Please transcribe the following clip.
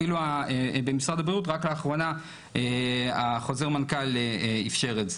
אפילו במשרד הבריאות רק לאחרונה חוזר מנכ"ל אפשר את זה.